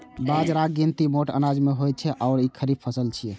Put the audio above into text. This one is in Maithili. बाजराक गिनती मोट अनाज मे होइ छै आ ई खरीफ फसल छियै